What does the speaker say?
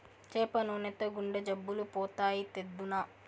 చేప నూనెతో గుండె జబ్బులు పోతాయి, తెద్దునా